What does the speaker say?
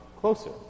closer